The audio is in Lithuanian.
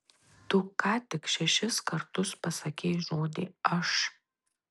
tu ką tik šešis kartus pasakei žodį aš